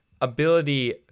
ability